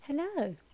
Hello